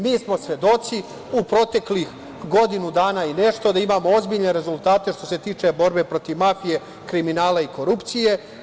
Mi smo svedoci u proteklih godinu dana i nešto da imamo ozbiljne rezultate što se tiče borbe protiv mafije, kriminala i korupcije.